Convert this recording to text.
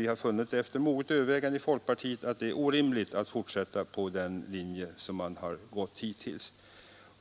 Vi i folkpartiet har efter moget övervägande funnit att det är orimligt att fortsätta på den väg som man hittills